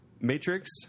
Matrix